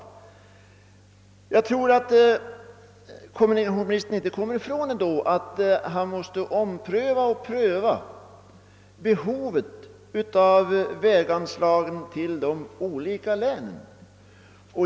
Sedan kommer väl kommunikationsministern inte ifrån att han måste pröva de olika länens behov av pengar från väganslagen.